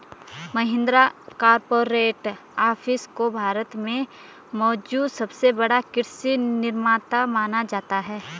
Mahindra corporate office को भारत में मौजूद सबसे बड़ा कृषि निर्माता माना जाता है